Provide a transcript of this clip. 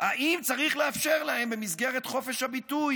האם צריך לאפשר להם, במסגרת חופש הביטוי